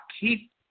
keep